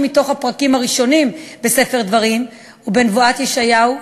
מהפרקים הראשונים בספר דברים ובנבואת ישעיהו,